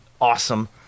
awesome